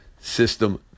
system